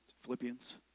Philippians